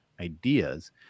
ideas